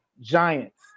giants